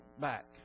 back